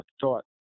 thought